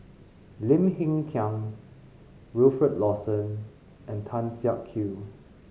Lim Hng Kiang Wilfed Lawson and Tan Siak Kew